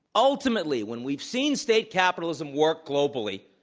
ultimately, when we've seen state capitalism work globally,